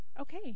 okay